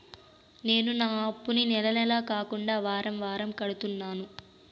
నేను నా అప్పుని నెల నెల కాకుండా వారం వారం కడుతున్నాను